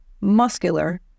muscular